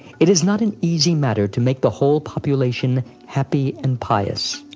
it is not an easy matter to make the whole population happy and pious.